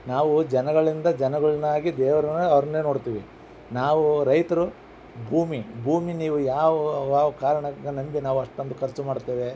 ನಾವು ಜನಗಳಿಂದ ಜನಗಳ್ನಾಗಿ ಅವ್ರನ್ನೆ ನೋಡುತ್ತೀವಿ ನಾವು ರೈತರು ಭೂಮಿ ಭೂಮಿ ನೀವು ಯಾವ ವಾ ಕಾರಣದಿಂದ ನಂಬಿ ನಾವು ಅಷ್ಟೊಂದು ಖರ್ಚು ಮಾಡುತ್ತೇವೆ